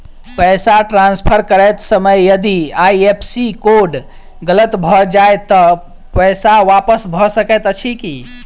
पैसा ट्रान्सफर करैत समय यदि आई.एफ.एस.सी कोड गलत भऽ जाय तऽ पैसा वापस भऽ सकैत अछि की?